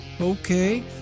Okay